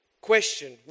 Question